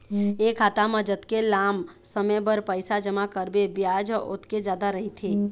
ए खाता म जतके लाम समे बर पइसा जमा करबे बियाज ह ओतके जादा रहिथे